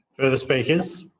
further speakers.